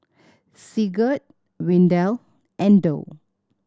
Sigurd Windell and Dow